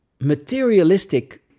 materialistic